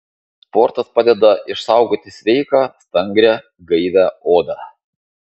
sportas padeda išsaugoti sveiką stangrią gaivią odą